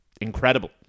incredible